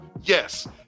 Yes